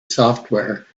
software